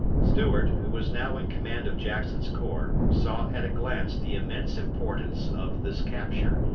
stuart, who was now in command of jackson's corps, saw at a glance the immense importance of this capture,